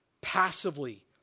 passively